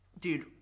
Dude